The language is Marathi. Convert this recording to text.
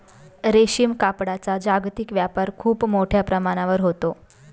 रेशीम कापडाचा जागतिक व्यापार खूप मोठ्या प्रमाणावर होतो